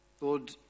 Lord